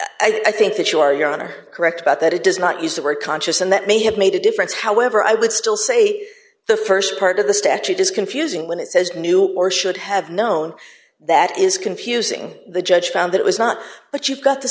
said i think that you are you're on are correct about that it does not use the word conscious and that may have made a difference however i would still say the st part of the statute is confusing when it says knew or should have known that is confusing the judge found it was not but you got the